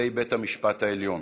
שופטי בית המשפט העליון,